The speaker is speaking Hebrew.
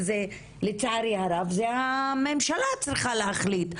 לצערי הרב זה הממשלה צריכה להחליט.